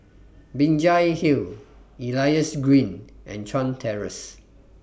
Binjai Hill Elias Green and Chuan Terrace